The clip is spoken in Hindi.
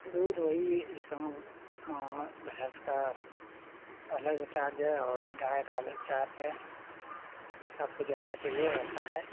दूध वही इस समय भैंस का अलग चार्ज है और गाय का अलग चार्ज है आपको जैसा चाहिए वैसा है